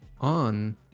on